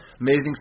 Amazing